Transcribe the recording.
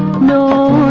know